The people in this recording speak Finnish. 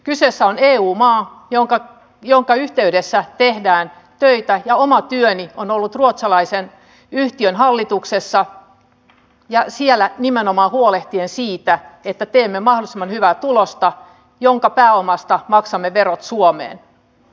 kyseessä on eu maa jonka yhteydessä tehdään töitä ja oma työni on ollut ruotsalaisen yhtiön hallituksessa siellä nimenomaan huolehtien siitä että teemme mahdollisimman hyvää tulosta jonka pääomasta maksamme verot suomeen